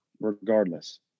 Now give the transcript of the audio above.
regardless